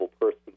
person